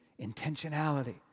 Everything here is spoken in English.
Intentionality